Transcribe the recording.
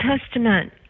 Testament